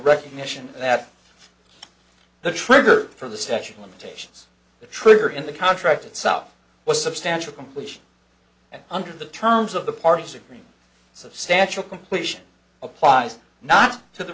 recognition that the trigger for the statute of limitations the trigger in the contract itself was substantial completion and under the terms of the parties agree substantial completion applies not to the